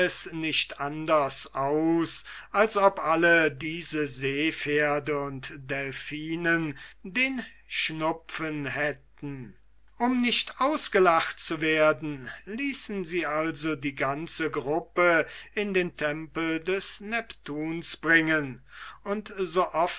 nicht anders aus als ob alle diese seepferde und delphinen den schnuppen hätten um nicht ausgelacht zu werden ließen sie also die ganze gruppe in den tempel des neptunus bringen und so